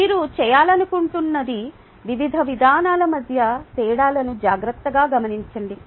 మీరు చేయాలనుకుంటున్నది వివిధ విధానాల మధ్య తేడాలను జాగ్రత్తగా గమనించండి